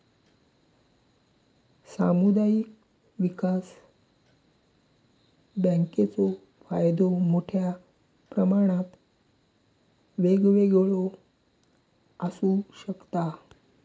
सामुदायिक विकास बँकेचो फायदो मोठ्या प्रमाणात वेगवेगळो आसू शकता